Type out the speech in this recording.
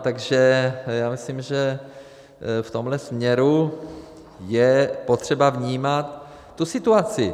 Takže já myslím, že v tomhle směru je potřeba vnímat tu situaci.